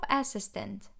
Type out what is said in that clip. assistant